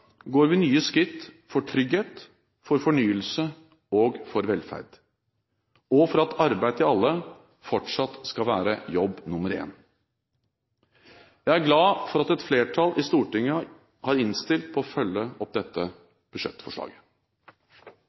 går vi nye skritt for trygghet, for fornyelse og for velferd, og for at arbeid til alle fortsatt skal være jobb nr. én. Jeg er glad for at et flertall i Stortinget har innstilt på å følge opp dette budsjettforslaget.